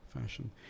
fashion